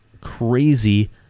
crazy